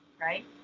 right